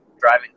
driving